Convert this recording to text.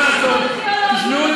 תקשיבו טוב, זה הכול.